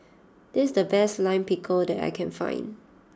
this is the best Lime Pickle that I can find